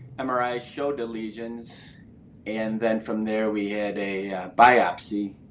mri showed the lesions and then from there, we had a biopsy.